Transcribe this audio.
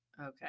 Okay